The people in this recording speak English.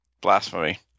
Blasphemy